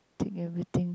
think everything